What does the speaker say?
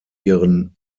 ihren